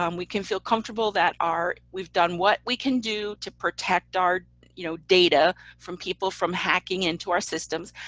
um we can feel comfortable that our we've done what we can do to protect our you know data from people from hacking into our systems.